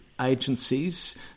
agencies